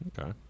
Okay